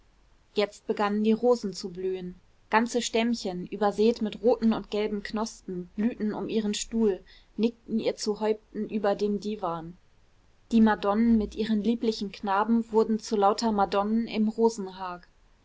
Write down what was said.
jetzt begannen die rosen zu blühen ganze stämmchen übersät mit roten und gelben knospen blühten um ihren stuhl nickten ihr zu häupten über dem diwan die madonnen mit ihren lieblichen knaben wurden zu lauter madonnen im rosenhag